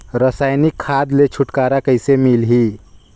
रसायनिक खाद ले छुटकारा कइसे मिलही?